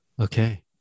okay